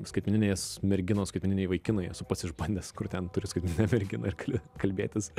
skaitmeninės merginos skaitmeniniai vaikinai esu pats išbandęs kur ten turi skaitmeninę merginą ir gali kalbėtis